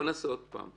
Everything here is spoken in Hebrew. דנה, בואי נאמר עוד פעם.